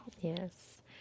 Yes